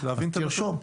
אז תרשום.